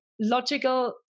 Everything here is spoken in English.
logical